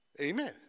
Amen